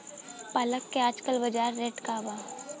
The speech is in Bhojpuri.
पालक के आजकल बजार रेट का बा?